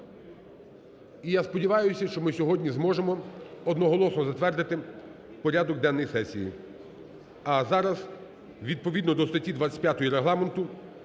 І я сподіваюся, що ми сьогодні зможемо одноголосно затвердити порядок денний сесії. А зараз відповідно до статті 25 Регламенту